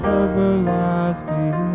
everlasting